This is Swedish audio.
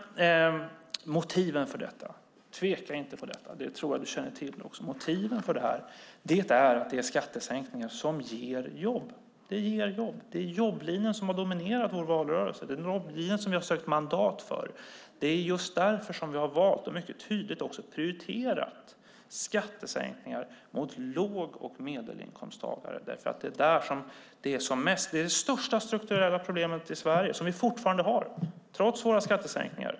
När det gäller motivet för detta - och det tror jag att du också känner till - är det att det är skattesänkningar som ger jobb. Det är jobblinjen som har dominerat vår valrörelse och den som vi har sökt mandat för. Det är just därför som vi har valt och också mycket tydligt har prioriterat skattesänkningar för låg och medelinkomsttagare. Det är det största strukturella problemet i Sverige som vi fortfarande har trots våra skattesänkningar.